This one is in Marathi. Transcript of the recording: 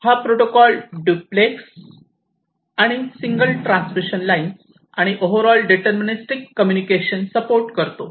हा प्रोटोकॉल डुप्लेक्स आणि सिंगल ट्रान्समिशन लाईन्स आणि overall deterministic communication support करतो